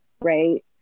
right